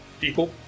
people